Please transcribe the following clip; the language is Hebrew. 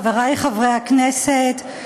חברי חברי הכנסת,